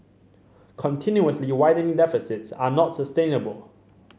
continuously widening deficits are not sustainable